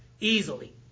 easily